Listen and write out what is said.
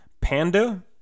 Panda